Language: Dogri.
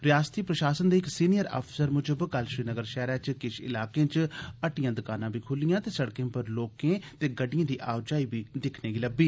रिआसती प्रशासन दे इक सीनियर अफसर मुजब कल श्रीनगर शैह्रा च किश इलाकें च हट्टियां दकानां बी खुल्लियां ते सिड़कें पर लोकें ते गड्डिएं दी आओजाई बी दिक्खने गी लब्बी